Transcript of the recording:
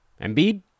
Embiid